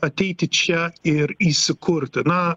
ateiti čia ir įsikurti na